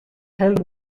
held